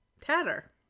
tatter